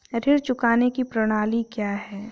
ऋण चुकाने की प्रणाली क्या है?